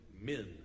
men